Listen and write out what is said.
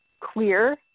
Queer